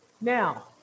now